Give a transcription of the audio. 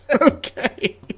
Okay